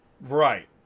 Right